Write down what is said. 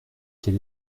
quel